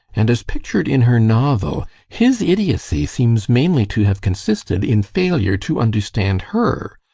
and, as pictured in her novel, his idiocy seems mainly to have consisted in failure to understand her.